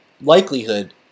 likelihood